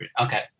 Okay